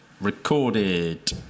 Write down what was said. recorded